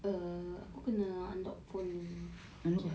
err aku kena unlock phone jap eh